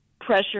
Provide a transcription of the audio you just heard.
pressure